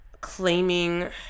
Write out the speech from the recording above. claiming